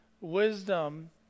wisdom